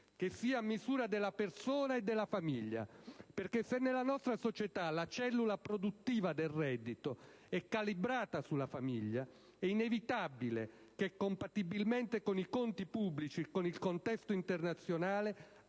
che sia a misura della persona e della famiglia, perché se nella nostra società la cellula produttiva del reddito è calibrata sulla famiglia, è inevitabile che, compatibilmente con i conti pubblici e con il contesto internazionale,